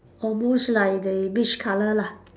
almost like the beach colour lah